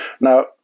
now